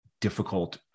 difficult